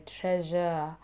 treasure